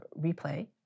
replay